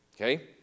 Okay